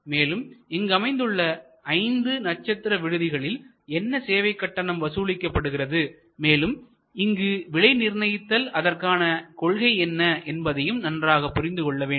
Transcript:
மேலும் இங்கு அமைந்துள்ள ஐந்து நட்சத்திர விடுதிகளில் என்ன சேவை கட்டணம் வசூலிக்கப்படுகிறது மேலும் இங்கு விலை நிர்ணயித்தல் அதற்கான கொள்கை என்ன என்பதையும் நன்றாக புரிந்து கொள்ள வேண்டும்